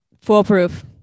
foolproof